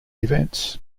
events